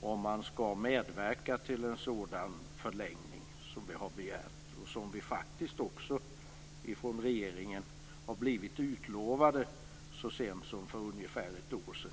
om man skall medverka till en sådan förlängning som vi har begärt och som vi faktiskt också har blivit utlovade av regeringen så sent som för ungefär ett år sedan.